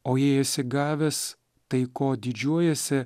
o jei esi gavęs tai ko didžiuojiesi